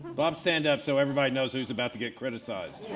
bob, stand up so everybody knows who's about to get criticized.